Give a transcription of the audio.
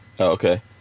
okay